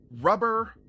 rubber